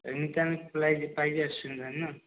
ଏମିତିକା ପ୍ଲାଇଜ ପ୍ରାଇସ ଆସୁ